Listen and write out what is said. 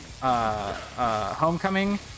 Homecoming